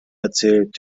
erzählt